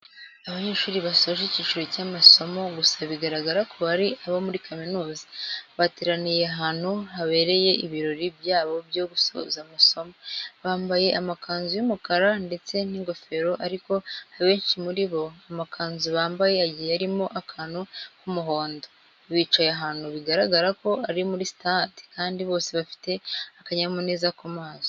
Abanyeshuri basoje icyiciro cy'amasomo gusa bigaragara ko ari abo muri kaminuza, bateraniye ahantu habereye ibirori byabo byo gusoza amasomo. Bambaye amakanzu y'umukara ndetse n'ingofero ariko abenshi muri bo amakanzu bambaye agiye arimo akantu k'umuhondo. Bicaye ahantu bigaragara ko ari muri sitade kandi bose bafite akanyamuneza ku maso.